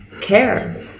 care